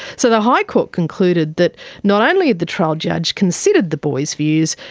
so the high court concluded that not only had the trial judge considered the boys' views,